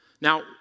Now